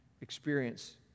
experience